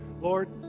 Lord